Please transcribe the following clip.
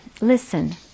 listen